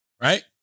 Right